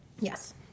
Yes